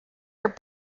are